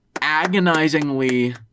agonizingly